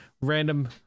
random